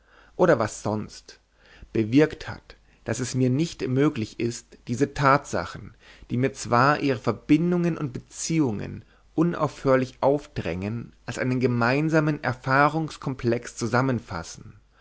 oder was sonst bewirkt hat daß es mir nicht möglich ist diese tatsachen die mir zwar ihre verbindungen und beziehungen unaufhörlich aufdrängen als einen gemeinsamen erfahrungskomplex zusammenzufassen